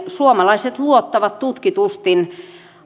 suomalaiset luottavat siihen tutkitusti